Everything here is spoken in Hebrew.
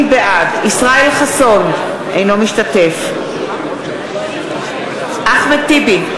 בעד ישראל חסון, אינו משתתף בהצבעה אחמד טיבי,